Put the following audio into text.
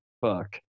Fuck